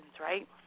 right